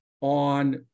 on